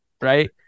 Right